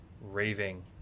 raving